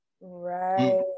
Right